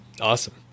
Awesome